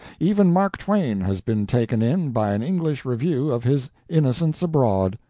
even mark twain has been taken in by an english review of his innocents abroad.